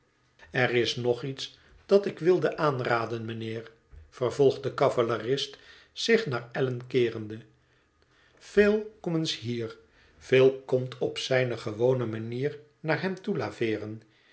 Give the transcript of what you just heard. er is nog iets dat ik wilde aanraden mijnheer vervolgt de cavalerist zich naar allan keerende phil kom eens hier phil komt op zijne gewone manier naar hem toe laveeren